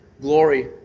glory